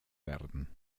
werden